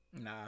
Nah